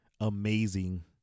Amazing